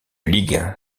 ligue